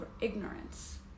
ignorance